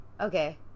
Okay